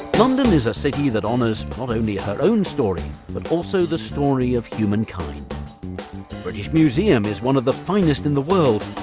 london is a city that honors not only her own story, but also the story of humankind. the british museum is one of the finest in the world,